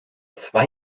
zwei